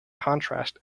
contrast